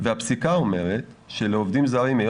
גם דמי ניהול וגם בכל חודש שהעובד הזר לא עוזב את